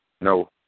No